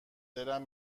دلم